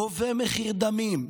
גובה מחיר דמים.